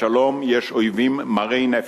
לשלום יש אויבים מרי נפש.